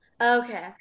okay